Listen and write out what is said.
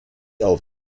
auf